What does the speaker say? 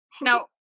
Now